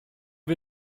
wir